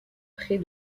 près